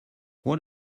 what